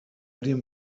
dem